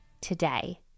today